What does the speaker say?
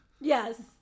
Yes